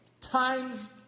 times